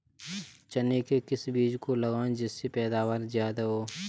चने के किस बीज को लगाएँ जिससे पैदावार ज्यादा हो?